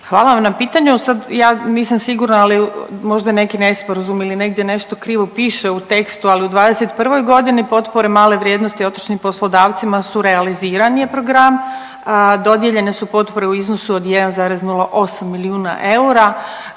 Hvala vam na pitanju. Sad ja nisam sigurna ali možda je neki nesporazum ili negdje nešto krivo piše u tekstu, ali u '21.g. potpore male vrijednosti otočnim poslodavcima su realiziran je program, dodijeljene su potpore u iznosu od 1,08 milijuna eura